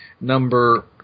number